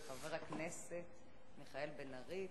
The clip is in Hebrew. חבר הכנסת מיכאל בן-ארי,